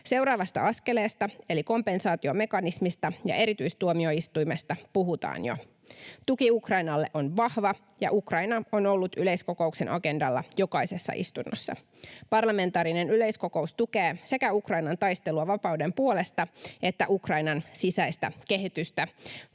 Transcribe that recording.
Seuraavasta askeleesta eli kompensaatiomekanismista ja erityistuomioistuimesta puhutaan jo. Tuki Ukrainalle on vahva, ja Ukraina on ollut yleiskokouksen agendalla jokaisessa istunnossa. Parlamentaarinen yleiskokous tukee sekä Ukrainan taistelua vapauden puolesta että Ukrainan sisäistä kehitystä